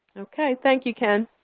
okay. thank you, ken.